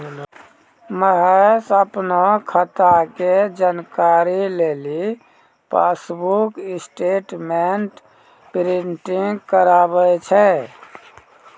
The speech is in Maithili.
महेश अपनो खाता के जानकारी लेली पासबुक स्टेटमेंट प्रिंटिंग कराबै छै